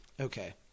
okay